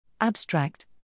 Abstract